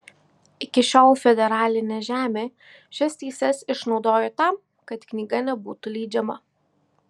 iki šiol federalinė žemė šias teises išnaudojo tam kad knyga nebūtų leidžiama